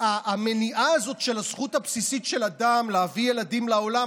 המניעה הזאת של הזכות הבסיסית של אדם להביא ילדים לעולם,